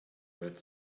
red